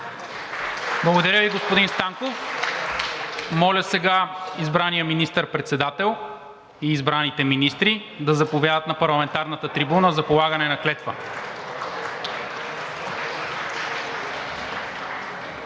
Благодаря Ви, господин Станков. Моля избраният министър-председател и избраните министри да заповядат на парламентарната трибуна за полагане на клетва.